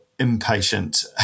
impatient